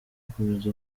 akomeza